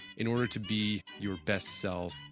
in order to be your best selves.